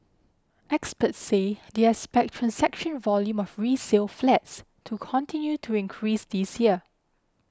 experts say they expect transaction volume of resale flats to continue to increase this year